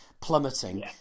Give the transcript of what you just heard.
plummeting